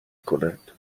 کند